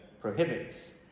prohibits